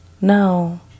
no